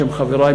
בשם חברי,